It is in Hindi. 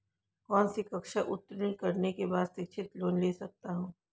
कौनसी कक्षा उत्तीर्ण करने के बाद शिक्षित लोंन ले सकता हूं?